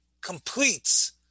completes